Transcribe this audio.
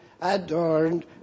adorned